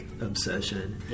obsession